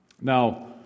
Now